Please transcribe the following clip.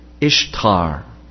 Ishtar